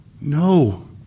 No